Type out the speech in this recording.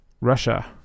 Russia